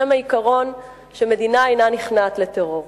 בשם העיקרון שמדינה אינה נכנעת לטרור.